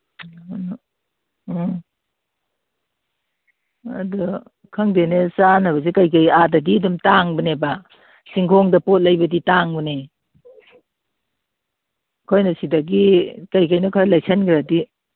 ꯑ ꯎꯝ ꯑꯗꯨ ꯈꯪꯗꯦ ꯆꯥꯅꯕꯁꯦ ꯀꯩꯀꯩ ꯑꯥꯗꯗꯤ ꯑꯗꯨꯝ ꯇꯥꯡꯕꯅꯦꯕ ꯆꯤꯡꯈꯣꯡꯗ ꯄꯣꯠ ꯂꯩꯕꯗꯤ ꯇꯥꯡꯕꯅꯦ ꯑꯩꯈꯣꯏꯅ ꯁꯤꯗꯒꯤ ꯀꯩꯀꯩꯅꯣ ꯈꯔ ꯂꯩꯁꯟꯈ꯭ꯔꯗꯤ